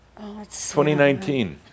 2019